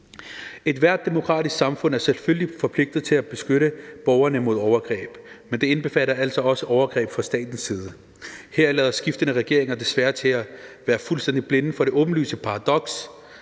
Ethvert demokratisk samfund er selvfølgelig forpligtet til at beskytte borgerne mod overgreb, men det indbefatter altså også overgreb fra statens side. Her lader skiftende regeringer desværre til at være fuldstændig blinde for det åbenlyse paradoks